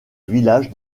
village